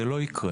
זה לא יקרה.